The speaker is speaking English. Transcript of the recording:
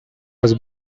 was